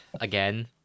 again